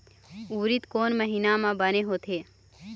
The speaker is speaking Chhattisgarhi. उरीद कोन महीना म बने होथे?